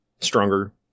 stronger